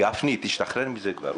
גפני, תשתחרר מזה כבר.